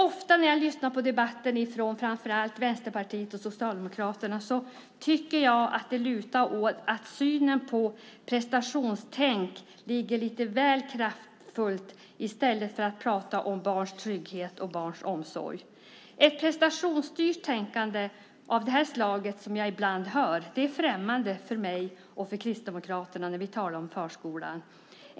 Ofta när jag lyssnar på debattinlägg från framför allt Vänsterpartiet och Socialdemokraterna så tycker jag att det lutar åt att synen på prestationstänk framträder lite väl kraftfullt i stället för att man pratar om barns trygghet och omsorg om barnen. Ett prestationsstyrt tänkande av det slag som jag ibland hör uttryck för är främmande för mig och för Kristdemokraterna när vi talar om förskolan.